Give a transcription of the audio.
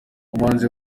umuhanzi